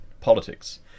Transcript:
politics